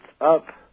up